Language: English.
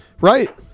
Right